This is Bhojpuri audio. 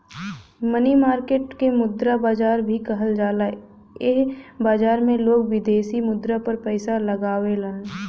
मनी मार्केट के मुद्रा बाजार भी कहल जाला एह बाजार में लोग विदेशी मुद्रा पर पैसा लगावेलन